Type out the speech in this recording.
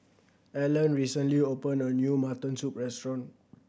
Alan recently opened a new mutton soup restaurant